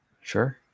sure